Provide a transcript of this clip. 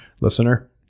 listener